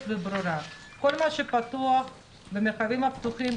וברורה: כל מה שפתוח במרחבים הפתוחים,